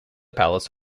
palace